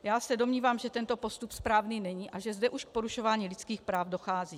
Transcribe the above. Já se domnívám, že tento postup správný není a že zde už k porušování lidských práv dochází.